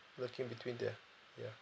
lurking between there ya